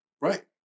Right